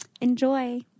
enjoy